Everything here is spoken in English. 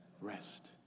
Rest